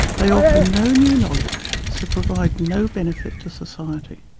they offer no new knowledge so provide no benefit to society.